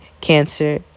Cancer